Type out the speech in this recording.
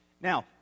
Now